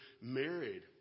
married